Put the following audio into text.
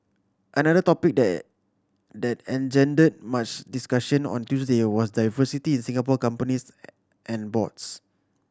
another topic that that engendered much discussion on Tuesday was diversity in Singapore companies and boards